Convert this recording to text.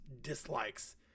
dislikes